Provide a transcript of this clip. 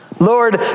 Lord